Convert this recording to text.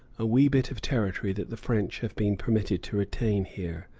a wee bit of territory that the french have been permitted to retain here,